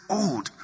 old